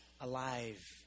alive